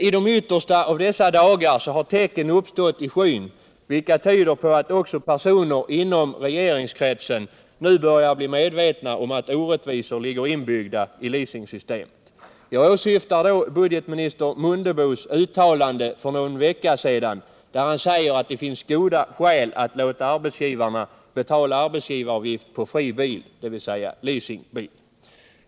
I de yttersta av dessa dagar har tecken i skyn visat sig, vilka tyder på att även personer inom regeringskretsen nu börjar bli medvetna om att orättvisor finns inbyggda i leasingsystemet. Jag åsyftar då budgetminister Mundebos uttalande för någon vecka sedan att det finns goda skäl att låta arbetsgivarna betala arbetsgivaravgift på fri bil, dvs. leasingbil.